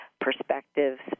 perspectives